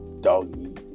doggy